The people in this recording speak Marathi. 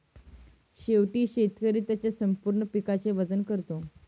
शेवटी शेतकरी त्याच्या संपूर्ण पिकाचे वजन करतो